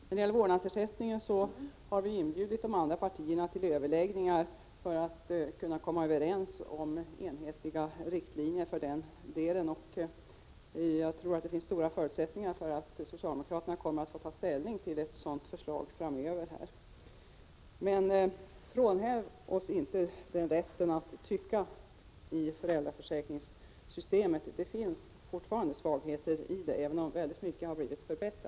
När det gäller vårdnadsersättningen har vi inbjudit de andra partierna till överläggningar för att vi skall komma överens om enhetliga riktlinjer för den delen av familjepolitiken. Jag tror att det finns goda förutsättningar för att socialdemokraterna framöver kommer att få ta ställning till ett förslag på den punkten. Frånhänd oss inte rätten att ha en uppfattning om föräldraförsäkringssystemet! Det finns fortfarande svagheter i detta system, även om mycket har blivit bättre.